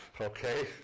Okay